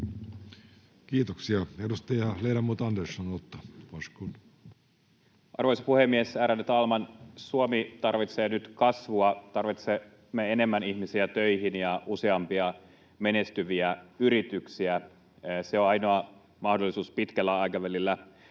vuosille 2024—2027 Time: 15:31 Content: Arvoisa puhemies, ärade talman! Suomi tarvitsee nyt kasvua, tarvitsemme enemmän ihmisiä töihin ja useampia menestyviä yrityksiä. Se on ainoa mahdollisuus pitkällä aikavälillä